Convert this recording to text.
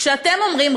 כשאתם אומרים,